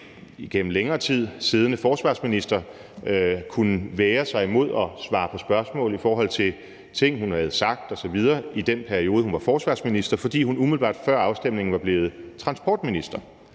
igennem længere tid siddende forsvarsminister kunne vægre sig imod at svare på spørgsmål i forhold til ting, hun havde sagt osv. i den periode, hun var forsvarsminister, fordi hun umiddelbart før afstemningen var blevet transportminister.